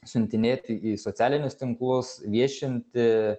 siuntinėti į socialinius tinklus viešinti